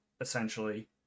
essentially